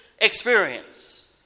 experience